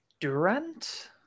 Durant